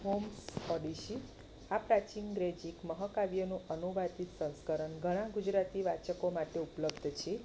homes Odyssey આ પ્રાચીન ગ્રેજીક મહાકાવ્યનું અનુવાદિત સંસકરણ ઘણા ગુજરાતી વાચકો માટે ઉપલબ્ધ છે